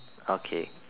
okay